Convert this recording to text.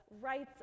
rights